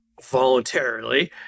voluntarily